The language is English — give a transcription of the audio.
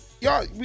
Y'all